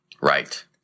Right